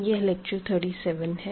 यह लेक्चर 37 है